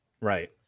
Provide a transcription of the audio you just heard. right